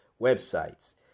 websites